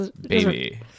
baby